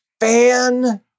Fan